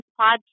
podcast